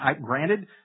Granted